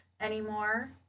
anymore